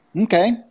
Okay